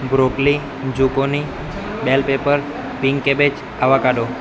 broccoli zucchini bell pepper bean cabbage avocado